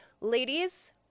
Ladies